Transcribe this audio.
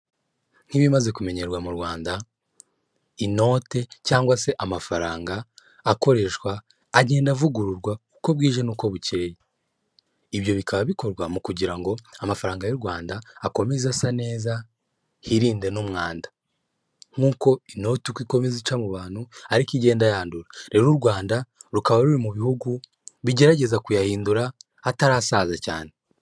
Nk'ibimaze kumenyerwa mu Rwanda, inote cyangwa se amafaranga akoreshwa agenda avugururwa uko bwije n'uko bukeye. Ibyo bikaba bikorwa mu kugira ngo amafaranga y'u Rwanda akomeze asa neza, hirinde n'umwanda. Nk'uko inoti uko ikomeza ica mu bantu, ari ko igenda yandura. Rero u Rwanda rukaba ruri mu bihugu bigerageza kuyahindura atarasaza cyane.